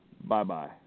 bye-bye